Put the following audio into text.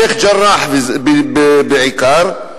בשיח'-ג'ראח בעיקר,